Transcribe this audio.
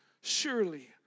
surely